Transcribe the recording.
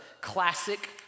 classic